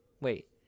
Wait